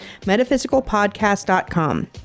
metaphysicalpodcast.com